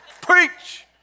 Preach